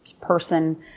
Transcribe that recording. person